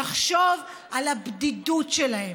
יחשוב על הבדידות שלהם,